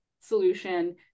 solution